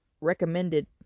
recommended